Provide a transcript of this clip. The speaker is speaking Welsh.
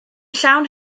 llawn